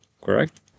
correct